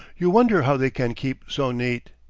you wonder how they can keep so neat.